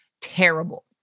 terrible